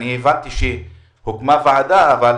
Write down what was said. אני הבנתי שהוקמה ועדה, אבל